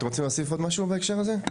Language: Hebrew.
אתם רוצים להוסיף עוד משהו בהקשר הזה?